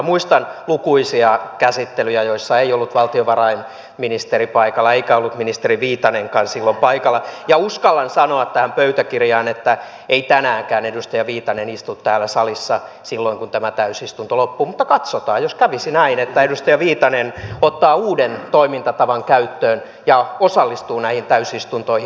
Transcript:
muistan lukuisia käsittelyjä joissa ei ollut valtiovarainministeri paikalla eikä ollut ministeri viitanenkaan silloin paikalla ja uskallan sanoa tähän pöytäkirjaan että ei tänäänkään edustaja viitanen istu täällä salissa silloin kun tämä täysistunto loppuu mutta katsotaan jos kävisi näin että edustaja viitanen ottaa uuden toimintatavan käyttöön ja osallistuu näihin täysistuntoihin